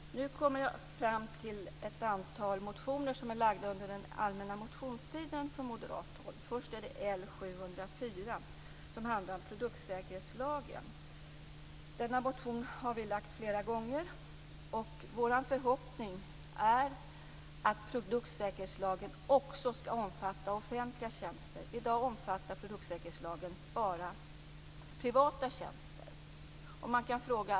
Nu kommer jag fram till några motioner som väcktes från moderat håll under den allmänna motionstiden. Denna motion har väckts flera gånger. Vår förhoppning är att produktsäkerhetslagen också skall omfatta offentliga tjänster. I dag omfattar produktsäkerhetslagen bara privata tjänster.